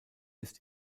ist